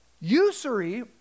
usury